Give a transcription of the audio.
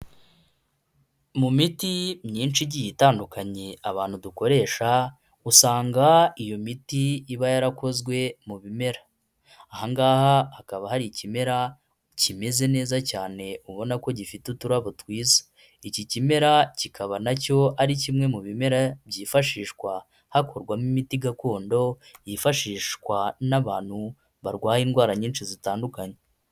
Mu miti myinshi igiye itandukanye abantu dukoresha, usanga iyo miti iba yarakozwe mu bimera. Aha ngaha hakaba hari ikimera kimeze neza cyane ubona ko gifite uturabo twiza. Iki kimera kikaba na cyo ari kimwe mu bimera byifashishwa hakorwamo imiti gakondo, yifashishwa n'abantu barwaye indwara nyinshi zitandukanye.